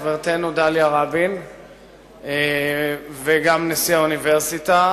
חברתנו דליה רבין וגם נשיא האוניברסיטה,